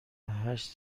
هشت